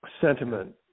Sentiment